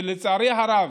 לצערי הרב,